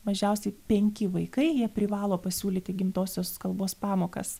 mažiausiai penki vaikai jie privalo pasiūlyti gimtosios kalbos pamokas